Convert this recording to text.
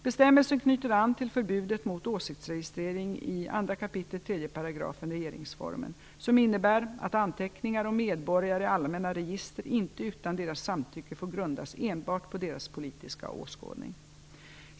Bestämmelsen knyter an till förbudet mot åsiktsregistrering i 2 kap. 3 § regeringsformen, som innebär att anteckningar om medborgare i allmänna register inte utan deras samtycke får grundas enbart på deras politiska åskådning.